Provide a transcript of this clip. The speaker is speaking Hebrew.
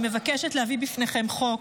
אני מבקשת להביא בפניכם חוק,